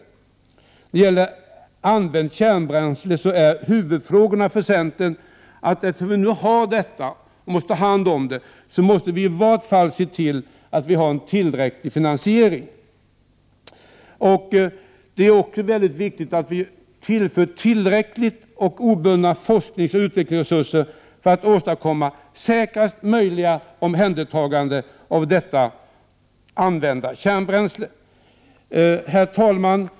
När det gäller använt kärnbränsle är huvudfrågorna för centern att eftersom vi nu måste ta hand om detta, måste vi i vart fall se till att ha en tillräcklig finansiering av denna verksamhet. Det är också mycket viktigt att vi tillför den tillräckligt med obundna forskningsoch utvecklingsresurser för att åstadkomma säkrast möjliga omhändertagande av detta använda kärnbränsle. Herr talman!